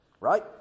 right